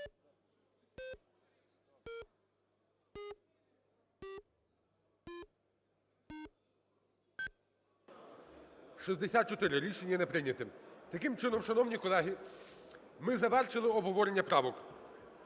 За-64 Рішення не прийнято. Таким чино, шановні колеги, ми завершили обговорення правок.